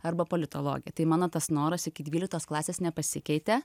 arba politologė tai mano tas noras iki dvyliktos klasės nepasikeitė